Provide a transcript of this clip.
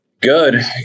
Good